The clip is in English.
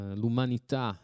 l'umanità